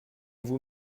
vous